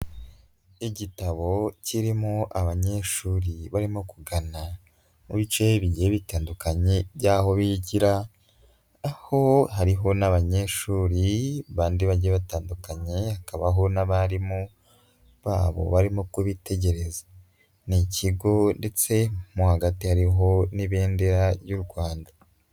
Igitabo kirimo abanyeshuri barimo kugana mu bice bigiye bitandukanye by'aho bigira, aho hariho n'abanyeshuri bandi bagiye batandukanye hakabaho n'abarimu babo barimo kubitegereza, ni ikigo ndetse mo hagati hariho n'ibendera ry'u Rwanda.